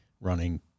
running